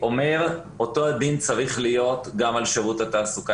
שאותו הדין צריך להיות גם על שירות התעסוקה